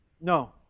No